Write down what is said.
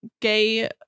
gay